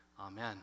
Amen